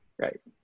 Right